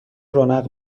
رونق